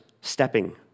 stepping